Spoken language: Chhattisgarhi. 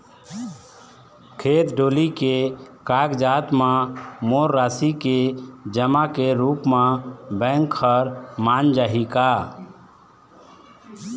खेत डोली के कागजात म मोर राशि के जमा के रूप म बैंक हर मान जाही का?